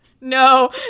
No